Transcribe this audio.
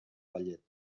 ballet